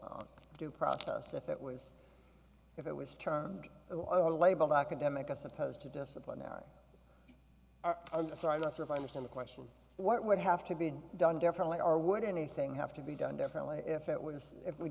all due process if it was if it was termed a label academic i suppose to disciplinary so i'm not sure if i understand the question what would have to be done differently or would anything have to be done differently if it was if we